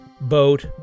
boat